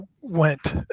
went